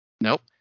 Nope